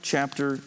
Chapter